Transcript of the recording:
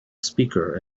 speaker